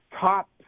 top